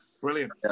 brilliant